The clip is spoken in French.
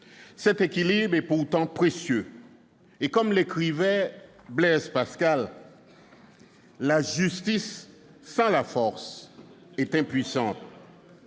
Cet équilibre est pourtant précieux. Comme l'écrivait Blaise Pascal, « la justice sans la force est impuissante,